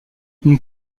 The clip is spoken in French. une